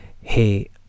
Hey